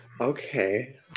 Okay